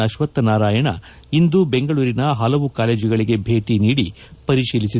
ಅಶ್ವಥ್ನಾರಾಯಣ್ ಇಂದು ಬೆಂಗಳೂರಿನ ಹಲವು ಕಾಲೇಜುಗಳಿಗೆ ಭೇಟ ನೀಡಿ ಪರಿತೀಲಿಸಿದ್ದಾರೆ